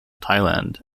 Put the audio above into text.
thailand